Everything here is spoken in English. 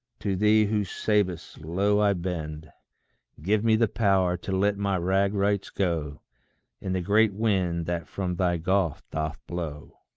to thee who savest, low i bend give me the power to let my rag-rights go in the great wind that from thy gulf doth blow.